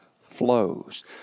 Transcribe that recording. flows